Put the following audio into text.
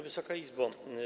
Wysoka Izbo!